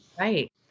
Right